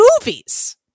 movies